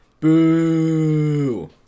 Boo